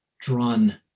drawn